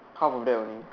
half of that only